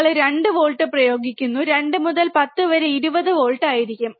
നിങ്ങൾ 2 വോൾട്ട് പ്രയോഗിക്കുന്നു 2 മുതൽ 10 വരെ 20 വോൾട്ട് ആയിരിക്കും